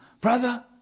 brother